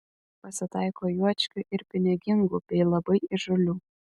pasitaiko juočkių ir pinigingų bei labai įžūlių